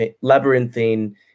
labyrinthine